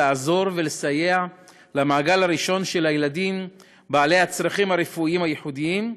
לעזור ולסייע למעגל הראשון של הילדים בעלי הצרכים הרפואיים הייחודיים,